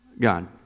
God